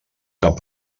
cap